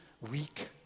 weak